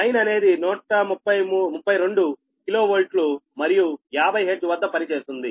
line అనేది 132 KV మరియు 50 hertz వద్ద పని చేస్తుంది